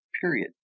Period